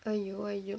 !aiyo! !aiyo!